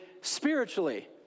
spiritually